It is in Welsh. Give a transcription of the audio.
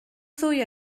ddwy